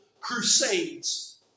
crusades